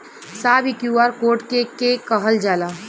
साहब इ QR code के के कहल जाला?